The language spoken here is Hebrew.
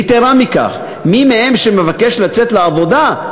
יתרה מכך, מי מהם שמבקש לצאת לעבודה,